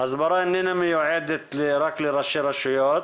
הסברה איננה מיועדת רק לראשי רשויות